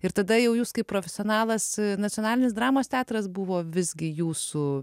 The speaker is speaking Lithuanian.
ir tada jau jūs kaip profesionalas nacionalinis dramos teatras buvo visgi jūsų